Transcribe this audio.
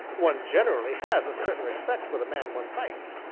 one generally has a certain respect for the man one fights.